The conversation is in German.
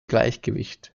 gleichgewicht